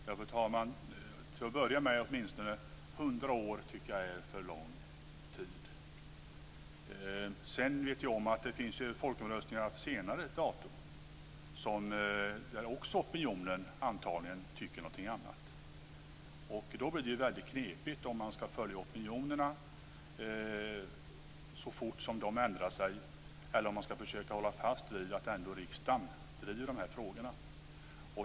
Fru talman! Till att börja med kan jag säga att jag tycker att 100 år är en för lång tid. Sedan vet jag att det finns folkomröstningar från senare datum i frågor där opinionen antagligen tycker någonting annat. Det blir väldigt knepigt om man ska följa opinionerna så fort som de ändrar sig i stället för att försöka hålla fast vid att riksdagen ändå driver dessa frågor.